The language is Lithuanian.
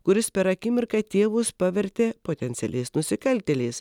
kuris per akimirką tėvus pavertė potencialiais nusikaltėliais